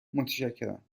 متشکرم